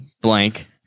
blank